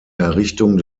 errichtung